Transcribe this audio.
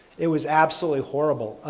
it was absolutely horrible.